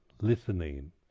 listening